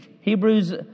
Hebrews